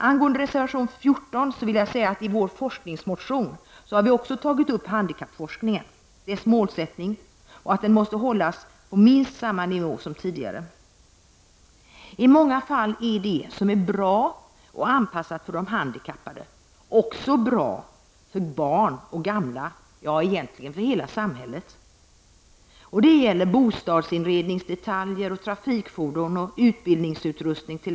Angående reservation 14 vill jag säga att vi i vår forskningsmotion också har tagit upp handikappforskningen, dess målsättning och kravet att denna forskning måste hållas på minst samma nivå som tidigare. I många fall är det som är bra och anpassat för de handikappade också bra för barn och gamla, ja, egentligen för hela samhället. Detta gäller t.ex. bostadsinredningsdetaljer, trafikfordon och utbildningsutrustning.